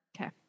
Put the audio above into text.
Okay